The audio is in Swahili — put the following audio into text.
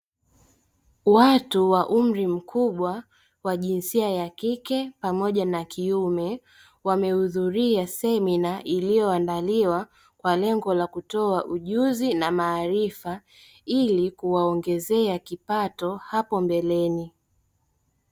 Watu wa umri mkubwa wa jinsia ya kike pamoja na kiume wamehudhuria semina iliyoandaliwa kwa lengo la kutoa ujuzi na maarifa ili kuwaongezea kipato hapo mbeleni.